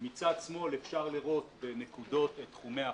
מצד שמאל אפשר לראות בנקודות את תחומי האחריות,